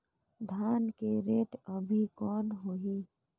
धान के रेट अभी कौन होही?